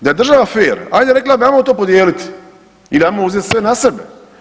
Da je država fer ajde rekla bi ajmo to podijeliti ili ajmo uzeti sve na sebe.